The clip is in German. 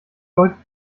deutlich